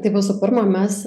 tai visų pirma mes